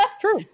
true